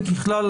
וככלל,